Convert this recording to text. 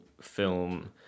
film